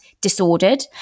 disordered